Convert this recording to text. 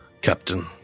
Captain